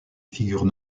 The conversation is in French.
figurent